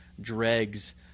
dregs